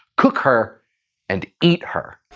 cook her and eat her.